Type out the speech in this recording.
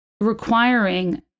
requiring